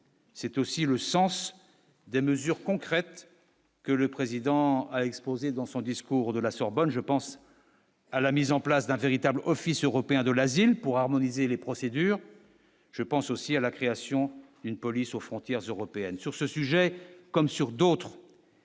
c'est aussi le sens des mesures concrètes. Que le président a exposé, dans son discours de la Sorbonne, je pense à la mise en place d'un véritable office européen de l'asile pour harmoniser les procédures. Je pense aussi à la création d'une police aux frontières européennes sur ce sujet comme sur d'autres.